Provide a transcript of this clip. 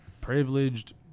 privileged